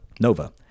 Nova